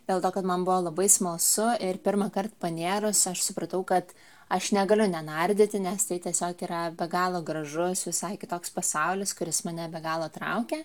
dėl to kad man buvo labai smalsu ir pirmąkart panėrusi aš supratau kad aš negaliu nenardyti nes tai tiesiog yra be galo gražus visai kitoks pasaulis kuris mane be galo traukia